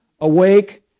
awake